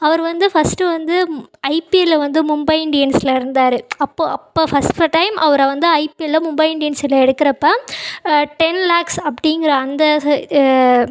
அவர் வந்து ஃபஸ்ட்டு வந்து ஐபிஎல்லில் வந்து மும்பை இண்டியன்ஸில் இருந்தார் அப்போது அப்போ ஃபஸ்ட் டைம் அவரை வந்து ஐபிஎல்லில் மும்பை இண்டியன்ஸில் எடுக்கிறப்ப டென் லேக்ஸ் அப்படிங்கிற அந்த